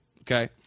okay